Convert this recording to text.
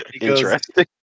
interesting